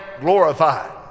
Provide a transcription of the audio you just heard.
glorified